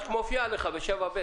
מופיע לך, ב-7ב'.